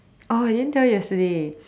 oh I didn't tell you yesterday